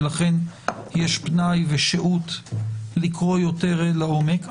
ולכן יש פנאי ושהות לקרוא יותר לעומק.